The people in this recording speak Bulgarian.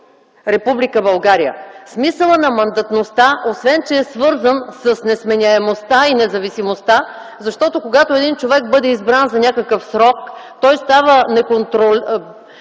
България. Смисълът на мандатността, освен че е свързан с несменяемостта и независимостта, защото когато един човек бъде избран за някакъв срок, той става неконтролен